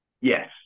yes